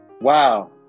Wow